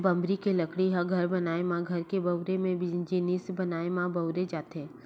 बमरी के लकड़ी ल घर बनाए म, घर के बउरे के जिनिस बनाए म बउरे जाथे